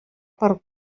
per